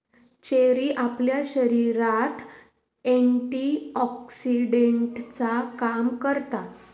cherry आपल्या शरीरात एंटीऑक्सीडेंटचा काम करता